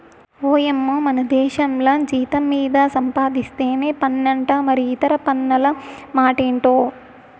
ఓయమ్మో మనదేశంల జీతం మీద సంపాధిస్తేనే పన్నంట మరి ఇతర పన్నుల మాటెంటో